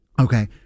okay